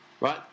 Right